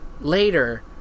later